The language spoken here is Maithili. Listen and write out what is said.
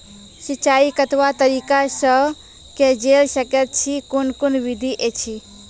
सिंचाई कतवा तरीका सअ के जेल सकैत छी, कून कून विधि ऐछि?